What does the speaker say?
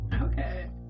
Okay